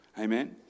Amen